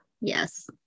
Yes